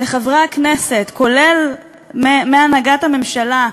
לחברי הכנסת, כולל מהנהגת הממשלה,